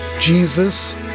Jesus